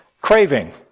craving